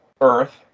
Earth